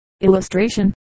Illustration